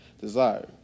desire